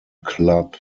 club